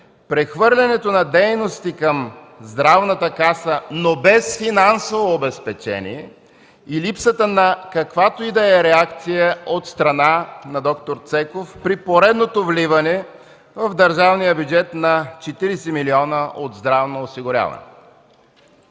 прехвърлянето на дейности към Здравната каса, но без финансово обезпечение и липсата на каквато и да е реакция от страна на д-р Цеков при поредното вливане в държавния бюджет на 40 милиона от здравно осигуряване.